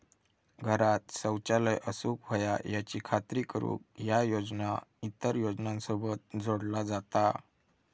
घरांत शौचालय असूक व्हया याची खात्री करुक ह्या योजना इतर योजनांसोबत जोडला जाता